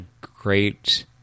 great